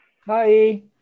Hi